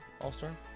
All-Star